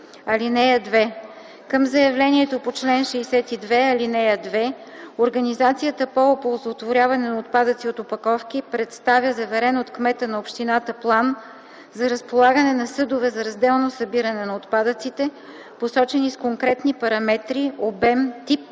жители. (2) Към заявлението по чл. 62, ал. 2 организацията по оползотворяване на отпадъци от опаковки представя заверен от кмета на общината план за разполагане на съдове за разделно събиране на отпадъците, посочени с конкретни параметри (обем, тип)